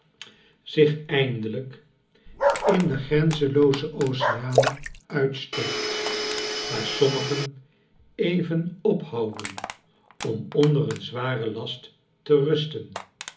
zich eindehjk in den grenzeloozen oceaan uitstort waar sommigen even ophouden om onder een zwaren last te rusten